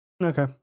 okay